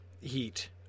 heat